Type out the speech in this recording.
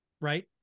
right